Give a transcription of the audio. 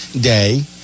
day